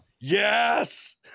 Yes